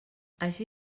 així